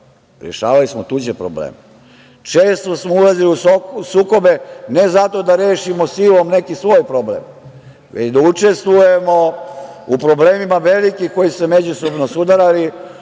rešavali smo tuđe probleme. Često smo u ulazili u sukobe ne zato da rešimo silom neki svoj problem, već da učestvujemo u problemima velikih koji su se međusobno sudarali,